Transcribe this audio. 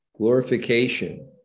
glorification